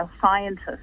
scientists